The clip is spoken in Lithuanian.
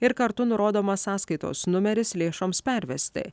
ir kartu nurodomas sąskaitos numeris lėšoms pervesti